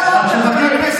אתה כנראה לא היית,